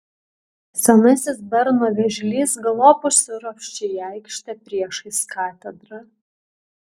senasis berno vėžlys galop užsiropščia į aikštę priešais katedrą